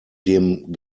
dem